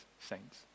saints